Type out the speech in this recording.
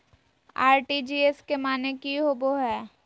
RTGS के माने की होबो है?